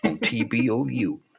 T-B-O-U